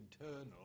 internal